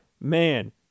man